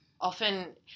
often